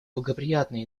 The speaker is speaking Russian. благоприятный